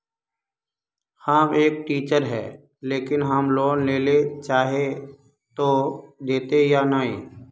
हम एक टीचर है लेकिन हम लोन लेले चाहे है ते देते या नय?